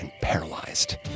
paralyzed